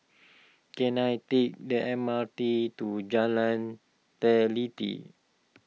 can I take the M R T to Jalan Teliti